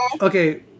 Okay